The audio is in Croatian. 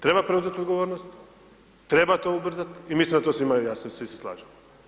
Treba preuzeti odgovornost, treba to ubrzati i mislim da je to svima jasno i svi se slažemo.